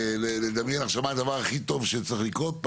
לדמיין עכשיו מהו הדבר הכי טוב שצריך לקרות,